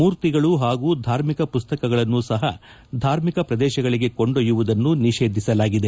ಮೂರ್ತಿಗಳು ಹಾಗೂ ಧಾರ್ಮಿಕ ಪುಸ್ತಕಗಳನ್ನು ಸಹ ಧಾರ್ಮಿಕ ಪ್ರದೇಶಗಳಿಗೆ ಕೊಂಡೊಯ್ಯುವುದನ್ನು ನಿಷೇಧಿಸಲಾಗಿದೆ